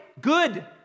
Good